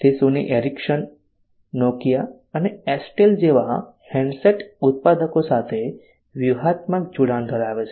તે Sony Ericson Nokia અને S Tel જેવા હેન્ડસેટ ઉત્પાદકો સાથે વ્યૂહાત્મક જોડાણ ધરાવે છે